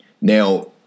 Now